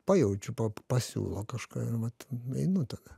pajaučiu pasiūlo kažką ir vat einu tada